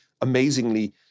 amazingly